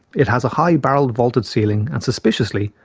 it has a high barrel vaulted ceiling and suspiciously,